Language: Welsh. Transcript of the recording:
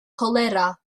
colera